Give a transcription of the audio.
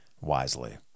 wisely